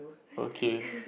okay